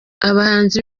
abahanzi